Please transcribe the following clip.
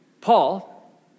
Paul